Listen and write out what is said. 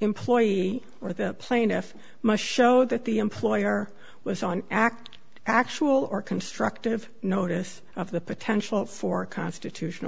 employee or the plaintiff must show that the employer was on act actual or constructive notice of the potential for constitutional